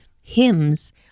hymns